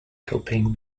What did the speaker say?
copying